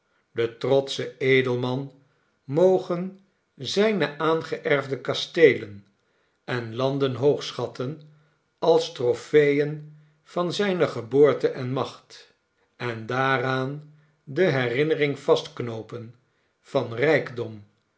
de trotsche edelman moge zijne aangeerfde kasteelen en landen hoogschatten als tropeen van zijne geboorte en macht en daaraan de herinnering vastknoopen van rijkdom